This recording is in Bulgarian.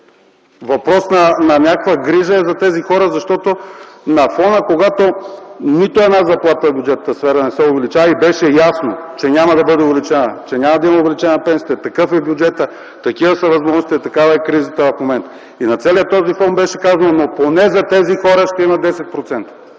Въпрос на някаква грижа за тези хора! Когато нито една заплата в бюджетната сфера не се увеличава и беше ясно, че няма да бъде увеличавана, че няма да има увеличаване на пенсиите, такъв е бюджетът, такива са възможностите, такава е кризата в момента, на целия този фон беше казано – поне за тези хора ще има 10%!